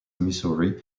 missouri